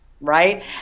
right